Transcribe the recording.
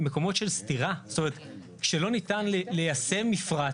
מקומות של סתירה, שלא ניתן ליישם מפרט